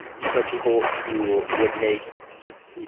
these are people who would make just you